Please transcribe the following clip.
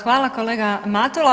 Hvala kolega Matula.